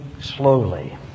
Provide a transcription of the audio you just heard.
slowly